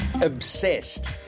Obsessed